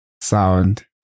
Sound